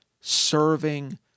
serving